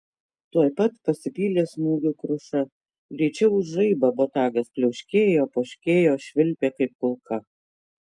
tuoj pat pasipylė smūgių kruša greičiau už žaibą botagas pliauškėjo poškėjo švilpė kaip kulka